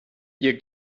ihr